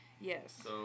Yes